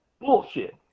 Bullshit